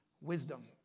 wisdom